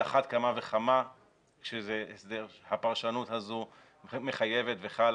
על אחת כמה וכמה הפרשנות הזו מחייבת וחלה